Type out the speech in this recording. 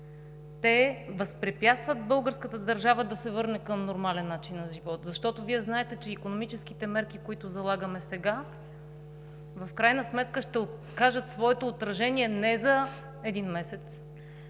възпрепятстват българската държава да се върне към нормален начин на живот, защото Вие знаете, че икономическите мерки, които залагаме сега, в крайна сметка ще окажат своето отражение не за един месец,